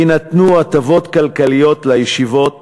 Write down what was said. יינתנו הטבות כלכליות לישיבות